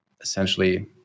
essentially